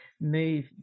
move